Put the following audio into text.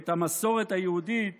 ואת המסורת היהודית